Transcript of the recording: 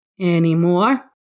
Anymore